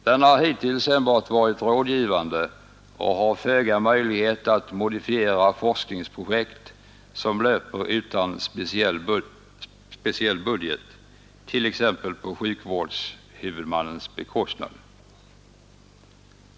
Den har hittills enbart varit rådgivande och har föga möjlighet att modifiera forskningsprojekt som löper utan speciell budget, t.ex. på sjukvårdshuvudmannens bekostnad.